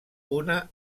una